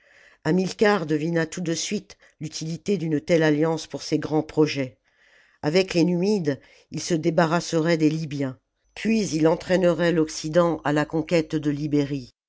hamilcar devina tout de suite l'utilité d'une telle alliance pour ses grands projets avec les numides il se débarrasserait des libyens puis il entraînerait l'occident à la conquête de ribérie